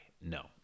No